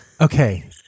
Okay